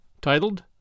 titled